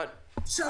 מה,